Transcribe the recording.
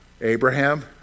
Abraham